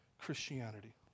Christianity